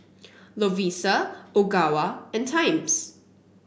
Lovisa Ogawa and Times